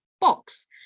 box